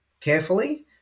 carefully